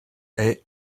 est